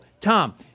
Tom